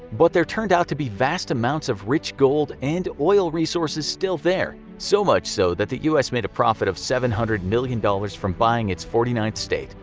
but there turned out to be vast amounts of rich gold and oil sources still there. so much so that the us made a profit of seven hundred million dollars from buying its forty ninth state,